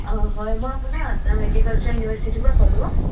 অঁ হয় মই আপোনাৰ তাৰমানে এগ্ৰিকালচাৰ ইউনিভাৰ্চিটিৰ পৰা ক'লোঁ